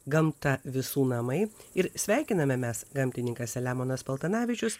gamta visų namai ir sveikiname mes gamtininkas selemonas paltanavičius